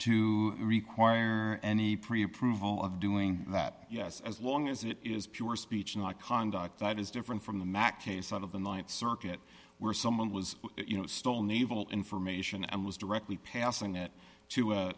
to require any pre approval of doing that yes as long as it is pure speech not conduct that is different from the mac case of the th circuit where someone was you know stole naval information and was directly passing it to a